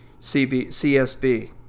CSB